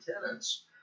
tenants